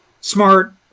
smart